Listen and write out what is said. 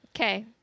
Okay